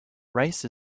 rice